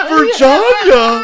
Virginia